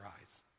eyes